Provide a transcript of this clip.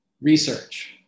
research